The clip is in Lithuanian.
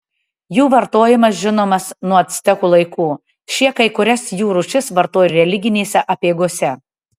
jų vartojimas žinomas nuo actekų laikų šie kai kurias jų rūšis vartojo religinėse apeigose